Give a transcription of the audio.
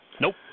Nope